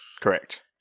Correct